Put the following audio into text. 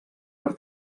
per